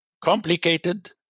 Complicated